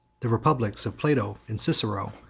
the republics of plato and cicero,